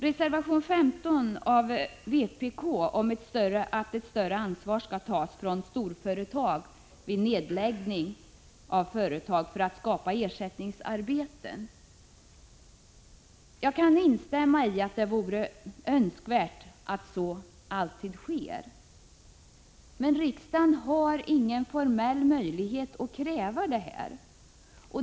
Reservation 15 från vpk handlar om att storföretag vid nedläggning av företag skall ta ett större ansvar för att skapa ersättningsarbeten. Jag kan instämma i att det vore önskvärt att så alltid skedde, men riksdagen har ingen formell möjlighet att kräva detta.